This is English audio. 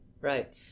Right